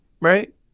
Right